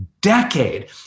decade